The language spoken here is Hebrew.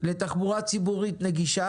לתחבורה ציבורית נגישה,